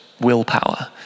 willpower